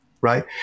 Right